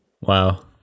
Wow